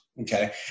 Okay